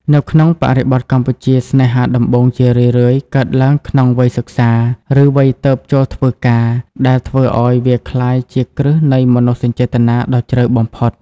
នៅក្នុងបរិបទកម្ពុជា ស្នេហាដំបូងជារឿយៗកើតឡើងក្នុងវ័យសិក្សា ឬវ័យទើបចូលធ្វើការ ដែលធ្វើឱ្យវាក្លាយជាគ្រឹះនៃមនោសញ្ចេតនាដ៏ជ្រៅបំផុត។